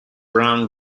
brown